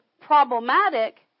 problematic